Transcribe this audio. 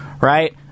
right